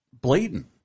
blatant